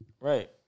Right